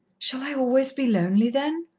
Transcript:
shall i always be lonely, then?